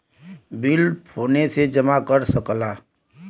bill phone से जमा कर सकला